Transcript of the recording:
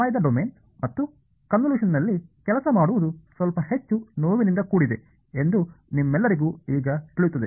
ಸಮಯದ ಡೊಮೇನ್ ಮತ್ತು ಕನ್ವಿಲ್ಯೂಷನ್ ನಲ್ಲಿ ಕೆಲಸ ಮಾಡುವುದು ಸ್ವಲ್ಪ ಹೆಚ್ಚು ನೋವಿನಿಂದ ಕೂಡಿದೆ ಎಂದು ನಿಮ್ಮೆಲ್ಲರಿಗೂ ಈಗ ತಿಳಿಯುತ್ತದೆ